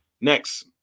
Next